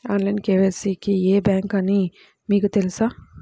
Online KYC కి ఏ bank అని మీకు తెలుసా?